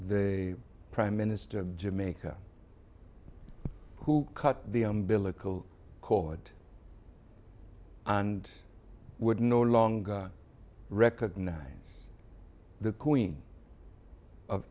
the prime minister jamaica who cut the umbilical cord and would no longer recognise the queen of